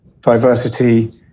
diversity